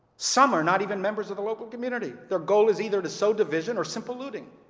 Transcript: some are not even members of the local community. their goal is either to sow division or simple looting.